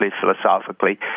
philosophically